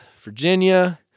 Virginia